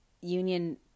Union